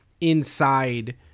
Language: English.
inside